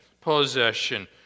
possession